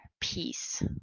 peace